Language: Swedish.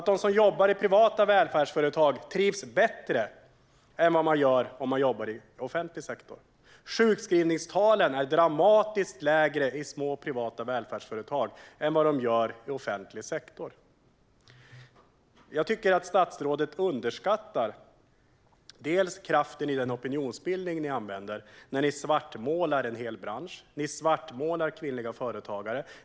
De som jobbar i privata välfärdsföretag trivs i själva verket bättre än vad man gör om man jobbar i offentlig sektor. Sjukskrivningstalen är dramatiskt lägre i små privata välfärdsföretag än vad de är i offentlig sektor. Jag tycker att statsrådet underskattar kraften i den opinionsbildning som ni använder. Ni svartmålar en hel bransch. Ni svartmålar kvinnliga företagare.